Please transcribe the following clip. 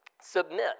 submit